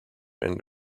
and